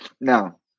No